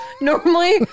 Normally